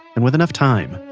and with enough time,